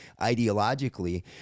ideologically